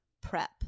prep